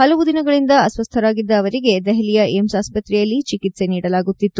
ಹಲವು ದಿನಗಳಿಂದ ಅಸ್ವಸ್ಥರಾಗಿದ್ದ ಅವರಿಗೆ ದೆಹಲಿಯ ಏಮ್ಸ್ ಆಸ್ವತ್ರೆಯಲ್ಲಿ ಚಿಕಿತ್ಸೆ ನೀಡಲಾಗುತ್ತಿತ್ತು